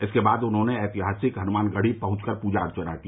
इसके बाद उन्होंने ऐतिहासिक हनुमानगढ़ी पहुंच कर प्जा अर्चना की